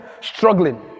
struggling